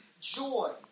joy